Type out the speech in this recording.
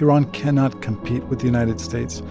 iran cannot compete with the united states